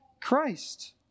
Christ